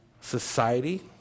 society